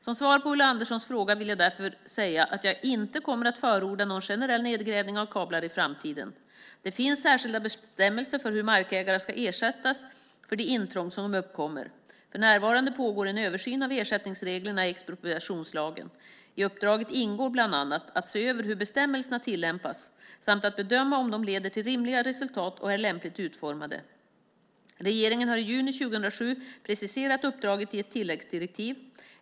Som svar på Ulla Anderssons fråga vill jag därför säga att jag inte kommer att förorda någon generell nedgrävning av kablar i framtiden. Det finns särskilda bestämmelser för hur markägare ska ersättas för det intrång som uppkommer. För närvarande pågår en översyn av ersättningsreglerna i expropriationslagen. I uppdraget ingår bland annat att se över hur bestämmelserna tillämpas samt att bedöma om de leder till rimliga resultat och är lämpligt utformade. Regeringen har i juni 2007 preciserat uppdraget i ett tilläggsdirektiv.